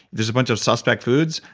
there's a bunch of suspect foods.